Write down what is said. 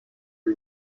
جان